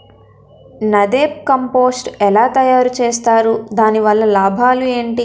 NADEP compost ఎలా తయారు చేస్తారు? దాని వల్ల లాభాలు ఏంటి?